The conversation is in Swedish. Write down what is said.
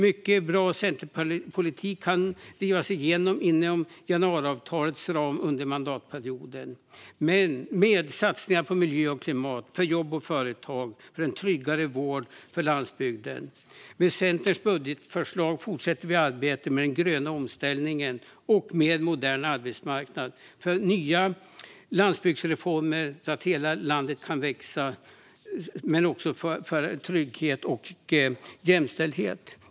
Mycket bra centerpolitik hann drivas igenom inom januariavtalets ramar under mandatperioden med satsningar på miljö och klimat, för jobb och företag, för en tryggare vård och för landsbygden. Med Centerns budgetförslag fortsätter vi arbetet med den gröna omställningen och en mer modern arbetsmarknad, för nya landsbygdsreformer så att hela landet kan växa samt för ökad trygghet och jämställdhet.